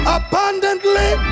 abundantly